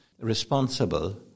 responsible